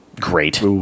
great